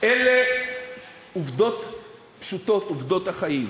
אלה עובדות פשוטות, עובדות החיים.